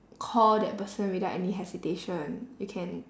call that person without any hesitation you can